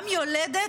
גם יולדת,